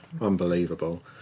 Unbelievable